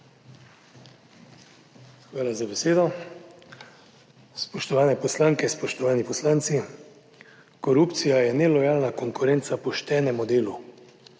Hvala za besedo. Spoštovane poslanke, spoštovani poslanci. Korupcija je nelojalna konkurenca poštenemu delu.